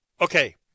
Okay